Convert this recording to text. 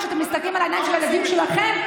כשאתם מסתכלים בעיניים של הילדים שלכם,